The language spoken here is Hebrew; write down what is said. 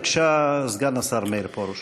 בבקשה, סגן השר מאיר פרוש.